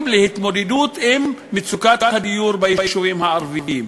להתמודדות עם מצוקת הדיור ביישובים הערביים.